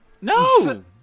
No